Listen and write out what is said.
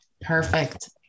perfect